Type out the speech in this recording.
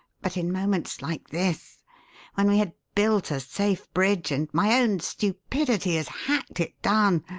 but in moments like this when we had built a safe bridge, and my own stupidity has hacked it down